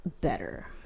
better